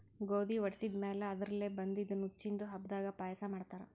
ಗೋಧಿ ವಡಿಸಿದ್ ಮ್ಯಾಲ್ ಅದರ್ಲೆ ಬಂದಿದ್ದ ನುಚ್ಚಿಂದು ಹಬ್ಬದಾಗ್ ಪಾಯಸ ಮಾಡ್ತಾರ್